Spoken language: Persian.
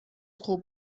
خوب